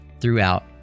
throughout